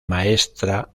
maestra